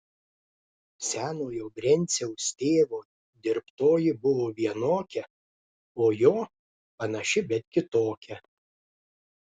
senojo brenciaus tėvo dirbtoji buvo vienokia o jo panaši bet kitokia